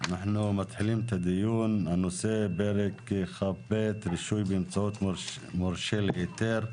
אנחנו מתחילים את הדיון בנושא: פרק כ"ב (רישוי באמצעות מורשה להיתר)